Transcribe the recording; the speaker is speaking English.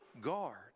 guard